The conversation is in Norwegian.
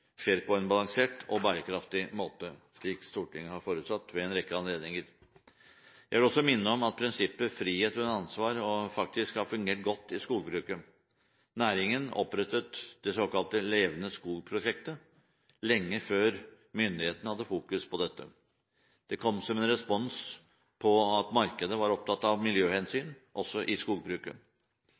skjer på en balansert og bærekraftig måte, slik Stortinget ved en rekke anledninger har forutsatt. Jeg vil også minne om at prinsippet «frihet under ansvar» har fungert godt i skogbruket. Næringen opprettet det såkalte Levende Skog-prosjektet lenge før myndighetene fokuserte på dette. Det kom som en respons på at markedet var opptatt av miljøhensyn også i skogbruket.